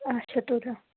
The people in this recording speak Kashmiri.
اَچھا تُلِو